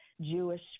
Jewish